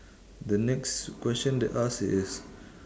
the next question they ask is